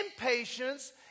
Impatience